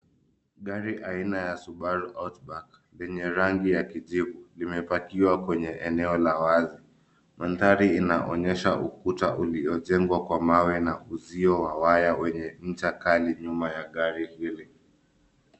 Gari aina ya Subaru outback lenye rangi ya kijivu, limepakiwa kwenye eneo la wazi. Mandhari inaonyesha ukuta uliojengwa kwa mawe na uzio wa waya wenye ncha kali nyuma ya gari hili.